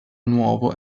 nuovo